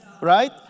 Right